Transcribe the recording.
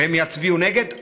והם יצביעו נגד.